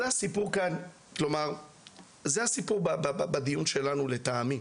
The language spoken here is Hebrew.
זה הסיפור כאן בדיון שלנו לטעמי.